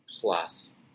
plus